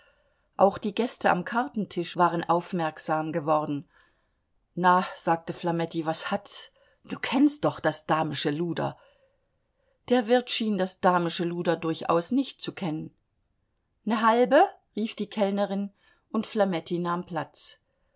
auch die gäste am kartentisch waren aufmerksam geworden na sagte flametti was hat's du kennst doch das damische luder der wirt schien das damische luder durchaus nicht zu kennen ne halbe rief die kellnerin und flametti nahm platz